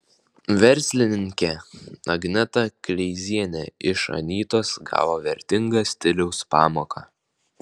verslininkė agneta kleizienė iš anytos gavo vertingą stiliaus pamoką